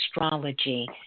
astrology